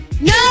No